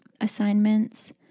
assignments